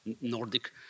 Nordic